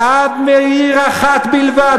בעיר אחת בלבד.